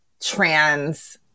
trans